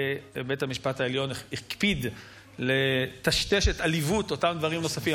בית המשפט העליון הקפיד לטשטש את עליבות אותם דברים נוספים,